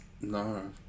No